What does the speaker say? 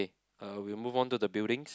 eh uh we will move on to the buildings